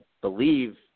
believe